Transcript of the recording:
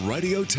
Radio